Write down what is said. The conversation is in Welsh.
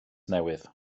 newydd